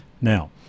Now